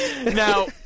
Now